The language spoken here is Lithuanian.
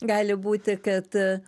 gali būti kad